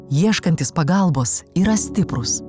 ieškantys pagalbos yra stiprūs